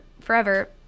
forever